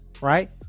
Right